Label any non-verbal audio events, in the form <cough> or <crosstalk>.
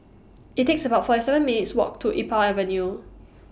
<noise> IT IS about forty seven minutes' Walk to Iqbal Avenue